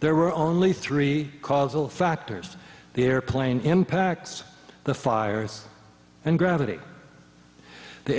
there were only three causal factors the airplane impacts the fires and gravity the